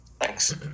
Thanks